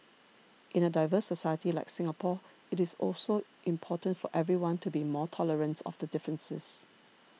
in a diverse society like Singapore it is important for everyone to be more tolerant of differences